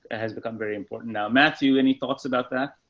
has become very important. now, matthew, any thoughts about that?